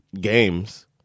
games